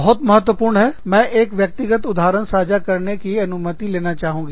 बहुत महत्वपूर्ण है मैं एक व्यक्तिगत उदाहरण साझा करने की अनुमति लेना चाहूँगी